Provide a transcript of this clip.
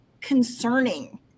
concerning